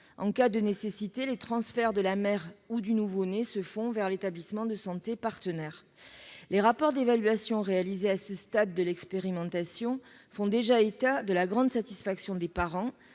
En cas de nécessité, les transferts de la mère ou du nouveau-né se font vers l'établissement de santé partenaire. Les rapports d'évaluation réalisés à ce stade de l'expérimentation font déjà état de la grande satisfaction des parents,